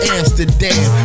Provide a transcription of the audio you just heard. Amsterdam